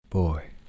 Boy